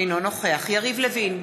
אינו נוכח יריב לוין,